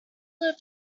were